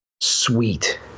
sweet